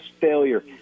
failure